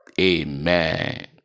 Amen